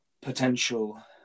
potential